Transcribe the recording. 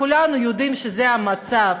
כולנו יודעים שזה המצב.